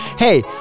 Hey